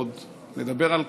ועוד נדבר על